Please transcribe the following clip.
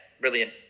brilliant